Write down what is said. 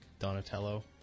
donatello